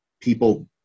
people